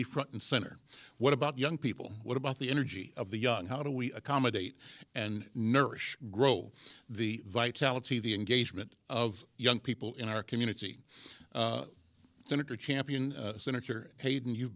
be front and center what about young people what about the energy of the young how do we accommodate and nourish grow the vitality the engagement of young people in our community senator champion senator hayden you